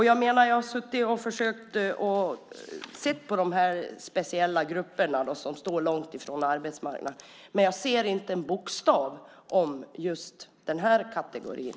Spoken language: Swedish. Jag har försökt att se på de speciella grupper som står långt från arbetsmarknaden, men jag ser inte en bokstav om just den här kategorin.